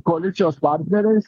koalicijos partneriais